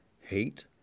hate